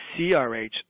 CRH